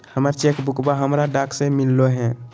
हमर चेक बुकवा हमरा डाक से मिललो हे